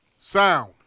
Sound